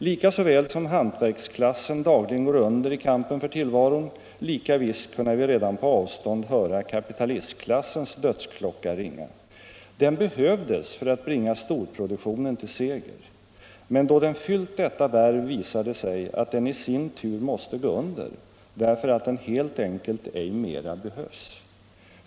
Lika så väl som hantverksklassen dagligen går under i kampen för tillvaron, lika visst kunna vi redan på avstånd höra kapitalistklassens dödsklocka ringa. Den behövdes för att bringa storproduktionen till seger. Men då den fyllt detta värv visar det sig, att den i sin tur måste gå under, därför att den helt enkelt ej mera behövs.